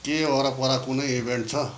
के वरपर कुनै इभेन्ट छ